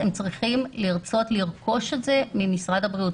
אלא צריכים לרצות לרכוש את זה ממשרד הבריאות.